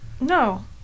no